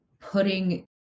putting